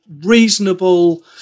reasonable